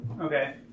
Okay